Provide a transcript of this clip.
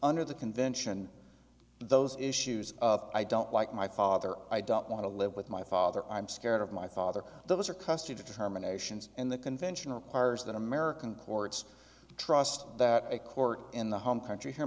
under the convention those issues of i don't like my father i don't want to live with my father i'm scared of my father those are custody determinations and the conventional cars that american courts trust that a court in the home country here